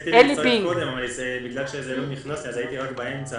ניסיתי להצטרף קודם, וזה לא נכנס אז הצלחתי באמצע.